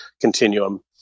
continuum